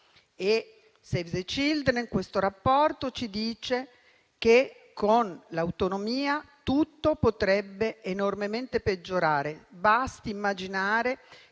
e Save the Children in questo rapporto ci dicono che con l'autonomia tutto potrebbe enormemente peggiorare, basta immaginare